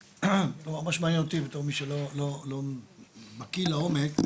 מה שמעניין אותי בתור מי שלא בקיא לעומק,